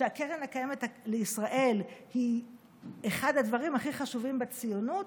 שהקרן הקיימת לישראל היא אחד הדברים הכי חשובים בציונות,